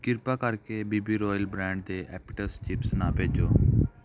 ਕਿਰਪਾ ਕਰਕੇ B B royal brand ਦੇ ਐਪੀਟਸ ਚਿਪਸ ਨਾ ਭੇਜੋ